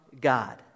God